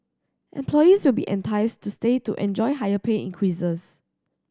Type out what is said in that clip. employees will be enticed to stay to enjoy higher pay increases